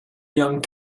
young